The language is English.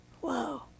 Whoa